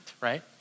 right